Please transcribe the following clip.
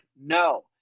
no